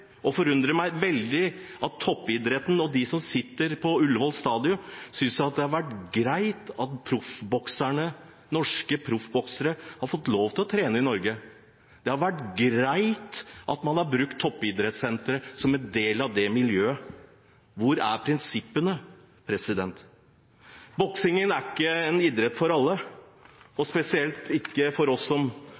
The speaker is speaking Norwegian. det forundrer meg da veldig at toppidretten og de som har kontorer på Ullevål Stadion, synes det har vært greit at de norske proffbokserne har fått lov til å trene i Norge, og at det har vært greit at man har kunnet bruke Toppidrettssenteret som en del av det miljøet. Hvor er prinsippene? Boksing er ikke en idrett for alle – spesielt ikke for oss som